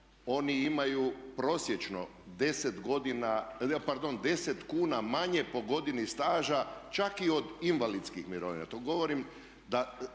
godina, pardon 10 kuna manje po godini staža čak i od invalidskih mirovina. To govorim da,